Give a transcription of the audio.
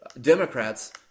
Democrats